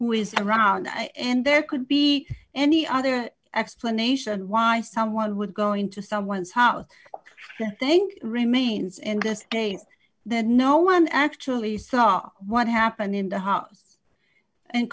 is around and there could be any other explanation why someone would go into someone's house think remains in this case that no one actually saw what happened in the house and